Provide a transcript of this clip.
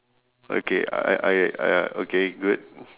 okay I I I okay good